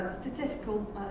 statistical